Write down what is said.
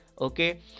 Okay